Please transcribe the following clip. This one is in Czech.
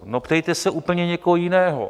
No ptejte se úplně někoho jiného.